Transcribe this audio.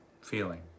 feeling